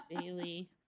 Bailey